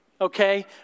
Okay